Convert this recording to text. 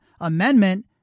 Amendment